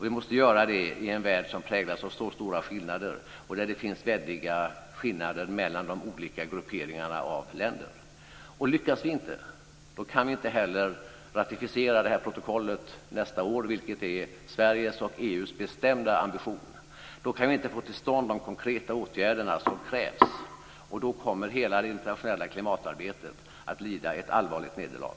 Vi måste göra det i en värld som präglas av stora skillnader och där det finns väldiga skillnader mellan de olika grupperingarna av länder. Lyckas vi inte kan vi inte heller ratificera protokollet nästa år, vilket är Sveriges och EU:s bestämda ambition. Vi kan då inte få till stånd de konkreta åtgärder som krävs, och då kommer hela det internationella klimatarbetet att lida ett allvarligt nederlag.